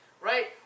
Right